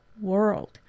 world